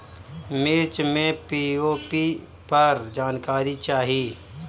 मिर्च मे पी.ओ.पी पर जानकारी चाही?